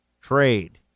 trade